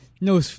No